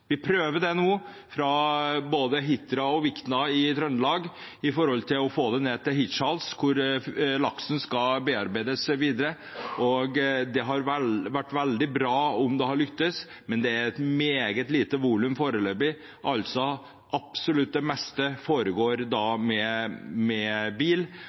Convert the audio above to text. Vi prøver det nå fra både Hitra og Vikna i Trøndelag, med tanke på å få det ned til Hirtshals, hvor laksen skal bearbeides videre. Det hadde vært veldig bra om det hadde lyktes, men det er et meget lite volum foreløpig. Absolutt det meste foregår med bil,